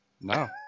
no